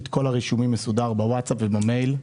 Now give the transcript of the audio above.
כל הרישומים מסודרים אצלי בווטסאפ ובמייל.